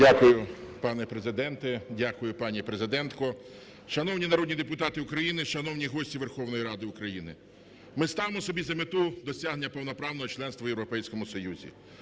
Дякую, пане Президенте. Дякую, пані президентко. Шановні народні депутати України, шановні гості Верховної Ради України, ми ставимо собі за мету досягнення повноправного членства в Європейському Союзі.